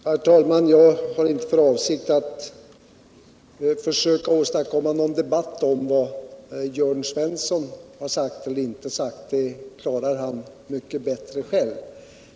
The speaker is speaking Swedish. Herr talman! Jag har inte för avsikt att försöka åstadkomma någon debatt om vad Jörn Svensson har sagt eller inte sagt. Det klarar han mycket bättre själv.